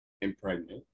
impregnate